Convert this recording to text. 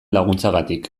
laguntzagatik